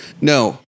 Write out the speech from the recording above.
No